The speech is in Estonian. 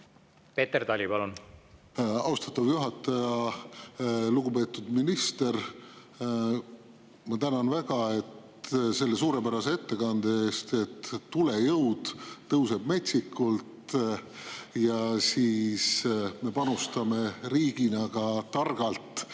Peeter Tali, palun! Austatud juhataja! Lugupeetud minister! Ma tänan väga selle suurepärase ettekande eest. Tulejõud tõuseb metsikult ja me panustame riigina targalt